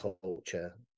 culture